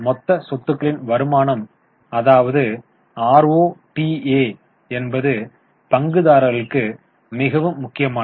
மொத்த சொத்துக்களின் வருமானம் அதாவது ஆர்ஓடீஎ என்பது பங்குதாரர்களுக்கு மிகவும் முக்கியமானது